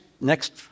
next